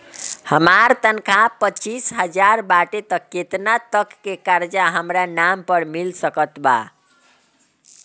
हमार तनख़ाह पच्चिस हज़ार बाटे त केतना तक के कर्जा हमरा नाम पर मिल सकत बा?